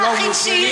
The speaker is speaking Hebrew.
הוא לא מוסלמי,